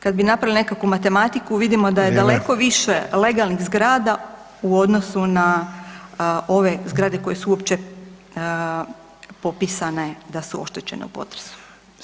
Kad bi napravili nekakvu matematiku, vidimo da je daleko više [[Upadica: Vrijeme.]] legalnih zgrada u odnosu na ove zgrade koje su uopće popisane da su oštećene u potresu.